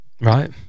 Right